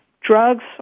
drugs